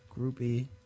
groupie